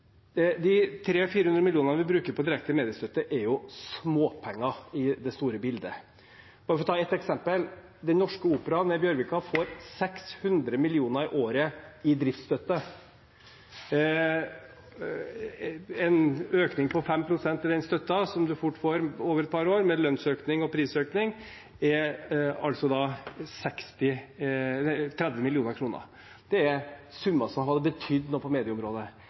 De 300–400 mill. kr vi bruker på direkte mediestøtte, er jo småpenger i det store bildet. Bare for å ta et eksempel: Den Norske Opera i Bjørvika får 600 mill. kr i året i driftsstøtte. En økning på 5 pst. i den støtten – som man fort får over et par år, med lønnsøkning og prisøkning – utgjør 30 mill. kr. Det er summer som hadde betydd noe på medieområdet.